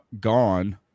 gone